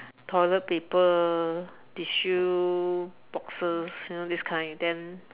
toilet paper tissue boxes you know this kind then